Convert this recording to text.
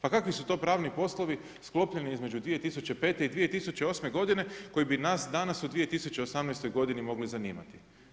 Pa kakvi su pravni poslovi sklopljeni između 2005. i 2008. godine koje bi nas danas u 2018. godini mogli zanimati?